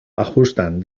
ajustan